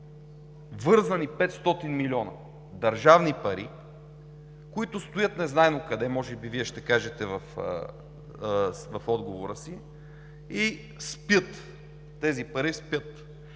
вързани 500 милиона държавни пари, които стоят незнайно къде, може би Вие ще кажете в отговора си, и спят. Тези пари спят!